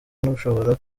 ntushobora